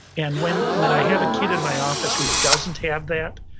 and when when i have a kid in my office who doesn't have that,